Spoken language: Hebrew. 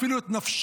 אפילו את נפשם,